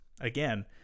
again